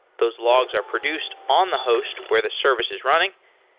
those logs are produced on the host where the service is running,